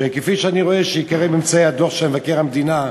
כפי שאני רואה מעיקרי ממצאי הדוח של מבקר המדינה,